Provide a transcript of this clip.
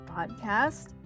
podcast